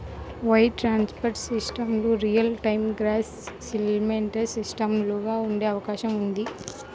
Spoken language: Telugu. వైర్ ట్రాన్స్ఫర్ సిస్టమ్లు రియల్ టైమ్ గ్రాస్ సెటిల్మెంట్ సిస్టమ్లుగా ఉండే అవకాశం ఉంది